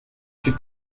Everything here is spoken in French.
sud